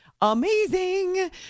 amazing